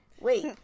wait